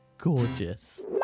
Gorgeous